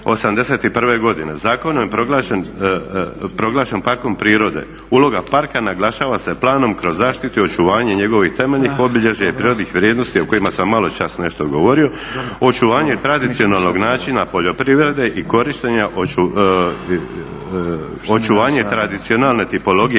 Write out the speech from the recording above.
'81. godine. Zakonom je proglašen parkom prirode. Uloga parka naglašava se planom kroz zaštitu i očuvanje njegovih temeljnih obilježja i prirodnih vrijednosti o kojima sam maločas nešto govorio, očuvanje tradicionalnog načina poljoprivrede i korištenja, očuvanje tradicionalne tipologije